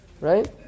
right